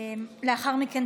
לאחר מכן,